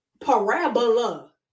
parabola